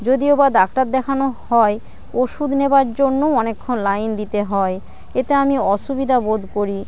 যদিও বা ডাক্তার দেখানো হয় ওষুধ নেবার জন্যও অনেকক্ষণ লাইন দিতে হয় এতে আমি অসুবিধা বোধ করি